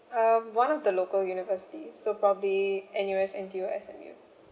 um one of the local universities so probably N_U_S N_T_U or M_S_U